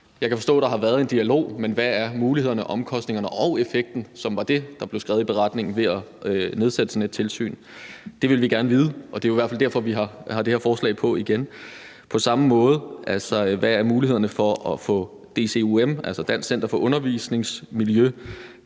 Jeg kan forstå, at der har været en dialog, men hvad er mulighederne, omkostningerne og effekten ved at nedsætte sådan et tilsyn? Det var det, der blev skrevet i beretningen, og det er det, vi gerne vil vide. Det er i hvert fald derfor, at vi har det her forslag på igen. På samme måde vil jeg gerne høre, hvad mulighederne er for at få DCUM, altså Dansk Center for Undervisningsmiljø,